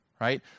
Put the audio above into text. right